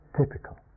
typical